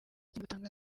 agatanga